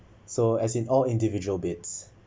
so as in all individual beds